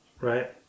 right